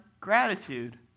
gratitude